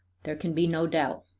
there can be no doubt.